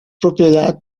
propiedad